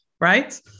right